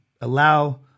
allow